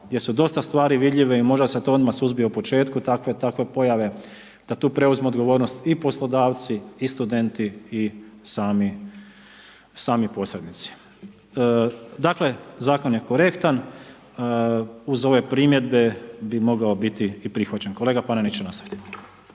gdje su dosta stvari vidljive i možda se to odmah suzbije u početku takve pojave, da tu preuzmu odgovornost i poslodavci i studenti i sami posrednici. Dakle, zakon je korektan, uz ove primjedbe bi mogao biti i prihvaćen, kolega Panenić, nastavite.